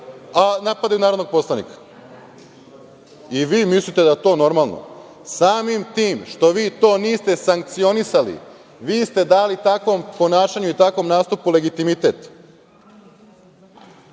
a napadaju narodnog poslanika i vi mislite da je to normalno. Samim tim što vi to niste sankcionisali dali ste takvom ponašanju i takvom nastupu legitimitet.